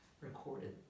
recorded